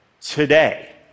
today